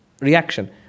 reaction